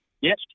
Yes